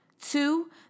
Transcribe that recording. Two